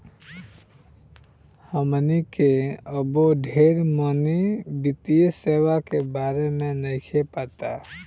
हमनी के अबो ढेर मनी वित्तीय सेवा के बारे में नइखे पता